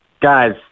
Guys